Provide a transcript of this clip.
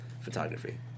Photography